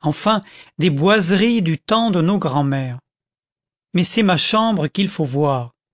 enfin des boiseries du temps de nos grand'mères mais c'est ma chambre qu'il faut voir